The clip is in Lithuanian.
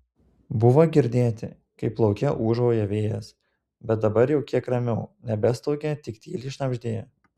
buvo girdėti kaip lauke ūžauja vėjas bet dabar jau kiek ramiau nebestaugė tik tyliai šnabždėjo